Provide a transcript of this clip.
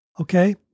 okay